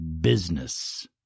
business